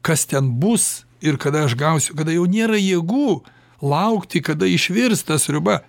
kas ten bus ir kada aš gausiu kada jau nėra jėgų laukti kada išvirs ta sriuba